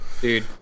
dude